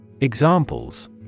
Examples